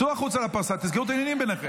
אז במה את באה אלינו בטענות?